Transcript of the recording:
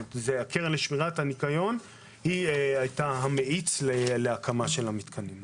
הקרן לשמירת הניקיון הייתה המאיץ להקמה של המתקנים האלה.